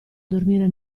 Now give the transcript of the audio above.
dormire